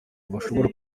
bashobora